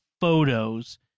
photos